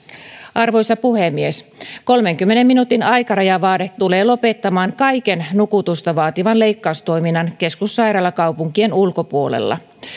arvoisa puhemies kolmenkymmenen minuutin aikarajavaade tulee lopettamaan kaiken nukutusta vaativan leikkaustoiminnan keskussairaalakaupunkien ulkopuolella